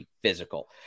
physical